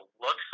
look